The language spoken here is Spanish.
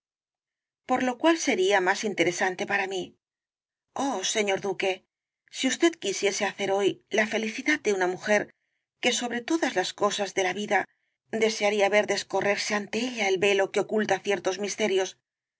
por lo cual sería más interesante para mí oh señor duque si usted quisiese hacer hoy la felicidad de una mujer que sobre todas las cosas de la vida desearía ver descorrerse ante ella el velo que oculta ciertos misterios